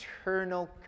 eternal